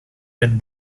been